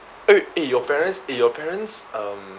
!oi! eh your parents eh your parents um